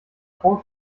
auto